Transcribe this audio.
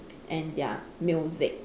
and there are music